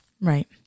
Right